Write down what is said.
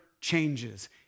changes